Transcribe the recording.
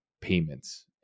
payments